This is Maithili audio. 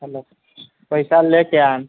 हलो पैसा लयके आयब